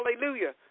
Hallelujah